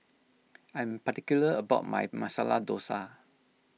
I'm particular about my Masala Dosa